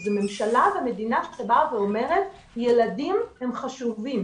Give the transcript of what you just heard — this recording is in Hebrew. כי זאת ממשלה ומדינה שאומרת: ילדים הם חשובים.